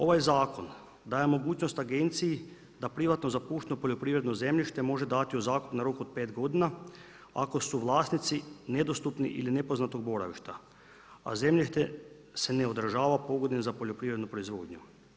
Ovaj zakon daje mogućnost agenciji da privatno zapušteno poljoprivredno zemljište može dati u zakup na rok od pet godina ako su vlasnici nedostupni ili nepoznatog boravišta, a zemljište se ne održava pogodnim za poljoprivrednu proizvodnju.